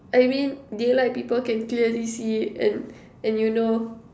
I mean daylight people can clearly see and and you know